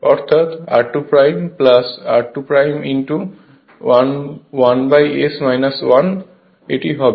অর্থাৎ r2 r2 1S 1 হবে